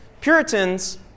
Puritans